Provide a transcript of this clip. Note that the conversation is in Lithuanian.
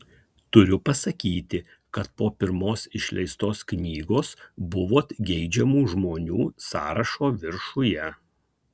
turiu pasakyti kad po pirmos išleistos knygos buvot geidžiamų žmonių sąrašo viršuje